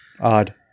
Odd